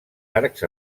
arcs